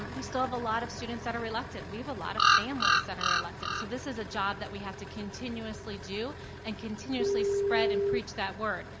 um we still have a lot of students that are reluctant we have a lot of families that are reluctant, so this is a job that we have to continuously do and continuously spread and preach that word,